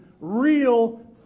real